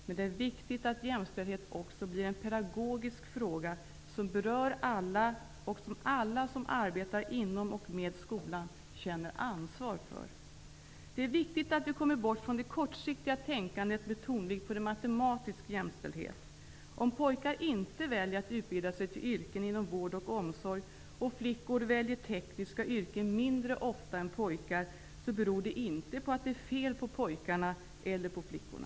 Men det är viktigt att jämställdhet också blir en pedagogisk fråga som berör alla och som alla som arbetar inom och med skolan känner ansvar för. Det är viktigt att vi kommer bort från det kortsiktiga tänkandet med tonvikt på ''matematisk'' jämställdhet. Om pojkar inte väljer att utbilda sig till yrken inom vård och omsorg och flickor väljer tekniska yrken mindre ofta än pojkar beror det inte på att det är fel på pojkarna eller flickorna.